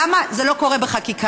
למה זה לא קורה בחקיקה?